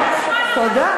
תודה.